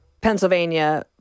Pennsylvania